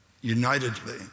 unitedly